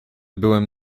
byłem